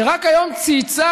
שרק היום צייצה,